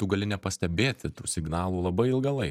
tu gali nepastebėti tų signalų labai ilgą laiką